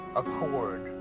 accord